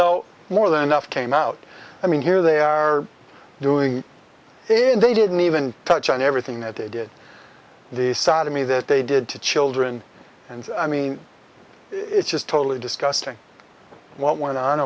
though more than enough came out i mean here they are doing it and they didn't even touch on everything that they did the sodomy that they did to children and i mean it's just totally disgusting what went on